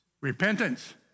Repentance